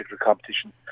competition